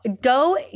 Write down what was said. go